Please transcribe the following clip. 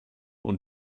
und